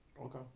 Okay